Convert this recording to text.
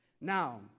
Now